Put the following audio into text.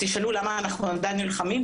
תשאלו למה אנחנו עדיין נלחמים?